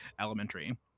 elementary